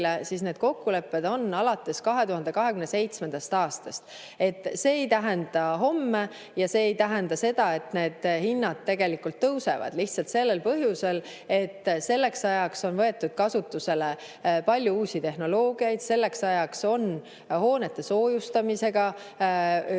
siis need kokkulepped on alates 2027. aastast. See ei tähenda homme ja see ei tähenda seda, et need hinnad tegelikult tõusevad. Lihtsalt sellel põhjusel, et selleks ajaks on võetud kasutusele palju uusi tehnoloogiaid, selleks ajaks on hoonete soojustamisega,